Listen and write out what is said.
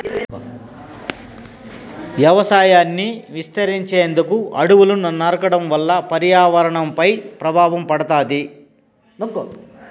వ్యవసాయాన్ని విస్తరించేందుకు అడవులను నరకడం వల్ల పర్యావరణంపై ప్రభావం పడుతాది